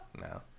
No